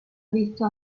visto